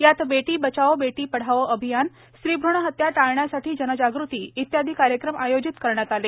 यात बेटी बचाओ बेटी पढाओ अभियान स्त्रीभ्रूण हत्या टाळण्यासाठी जनजाग़ती आदी कार्यक्रम आयोजित करण्यात आले